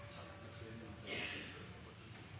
Takk